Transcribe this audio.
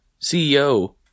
CEO